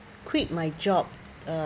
quit my job uh